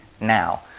Now